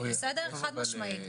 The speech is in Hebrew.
חד משמעית.